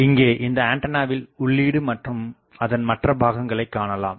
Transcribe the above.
இங்கே இந்த ஆண்டனாவில் உள்ளீடு மற்றும் அதன் மற்ற பாகங்களை காணலாம்